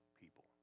people